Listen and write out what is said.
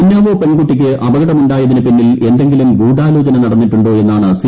ഉന്നാവോ പെൺകുട്ടിക്ക് അപകടം ഉണ്ടായതിന് പിന്നിൽ എന്തെങ്കിലും ഗൂഢാലോചന നടന്നിട്ടുണ്ടോ എന്നാണ് സി